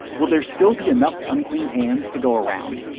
will there still be enough unclean hands to go around?